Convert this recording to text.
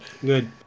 Good